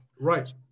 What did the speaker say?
Right